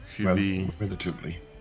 relatively